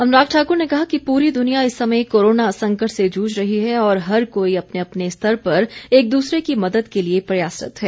अनुराग ठाकुर ने कहा कि पूरी दुनिया इस समय कोरोना संकट से जूझ रही है और हर कोई अपने अपने स्तर पर एक दूसरे की मदद के लिए प्रयासरत्त है